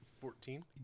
Fourteen